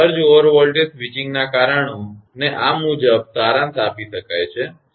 surge over voltage સ્વિચિંગના કારણોને આ મુજબ સારાંશ આપી શકાય છે